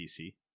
PC